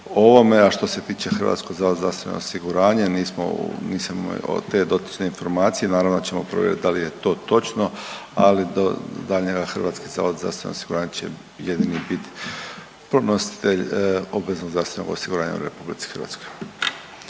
ovome, a što se tiče Hrvatskog zavoda za zdravstveno osiguranje nismo te dotične informacije. Naravno da ćemo provjeriti da li je to točno, ali i dalje Hrvatski zavod za zdravstveno osiguranje će jedini biti pronositelj obveznog zdravstvenog osiguranja u Republici Hrvatskoj.